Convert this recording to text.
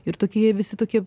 ir tokie jie visi tokie